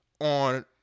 on